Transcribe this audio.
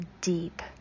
deep